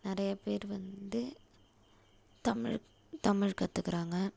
நிறையா பேர் வந்து தமிழ் தமிழ் கற்றுக்குறாங்க